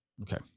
Okay